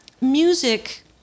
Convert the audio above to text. music